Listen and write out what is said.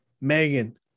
Megan